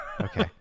Okay